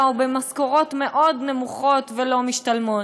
ובמשכורות מאוד נמוכות ולא משתלמות.